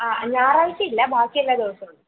ആ ഞായറാഴ്ച്ച ഇല്ല ബാക്കി എല്ലാ ദിവസവും ഉണ്ട്